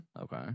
Okay